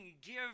give